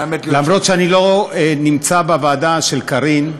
אף-על-פי שאני לא נמצא בוועדה של קארין,